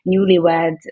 newlywed